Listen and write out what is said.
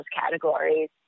categories